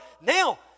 Now